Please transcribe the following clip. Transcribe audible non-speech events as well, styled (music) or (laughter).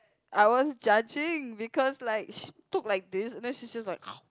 I was judging because like she took like this then she's just like (noise)